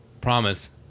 Promise